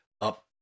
up